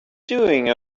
doing